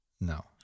No